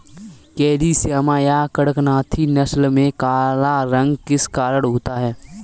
Carry श्यामा या कड़कनाथी नस्ल में काला रंग किस कारण होता है?